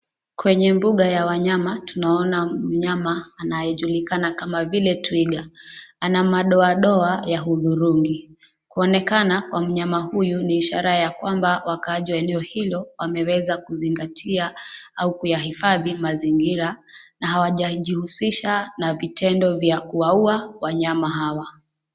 Kwenye mbuga ya wanyama, tunaona mnyama anayejulikana kama vile twiga. Ana madoadoa ya hudhurungi. Kuonekana kwa mnyama huyu ni ishara ya kwamba wakaaji wa eneo hilo wameweza kuzingatia au kuyahifadhi mazingira na hawajajihusisha na vitendo vya kuwaua wanyama hawa.